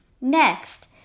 next